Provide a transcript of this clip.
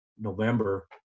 November